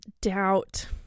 doubt